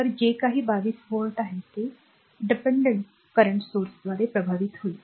तर जे काही 22 व्होल्ट आहे ते या आश्रित current स्त्रोतावर प्रभावित होईल